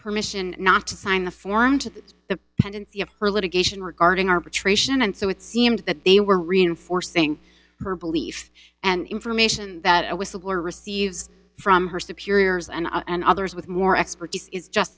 permission not to sign a form to the tendency of her litigation regarding arbitration and so it seemed that they were reinforcing her belief and information that a whistleblower receives from her superiors and i and others with more expertise is just